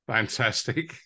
Fantastic